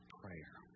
prayer